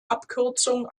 abkürzung